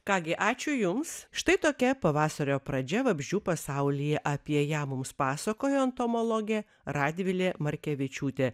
ką gi ačiū jums štai tokia pavasario pradžia vabzdžių pasaulyje apie ją mums pasakojo entomologė radvilė markevičiūtė